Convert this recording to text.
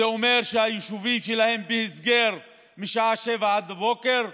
וזה אומר שהיישובים בהסגר משעה 19:00 עד הבוקר,